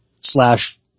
slash